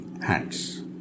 hands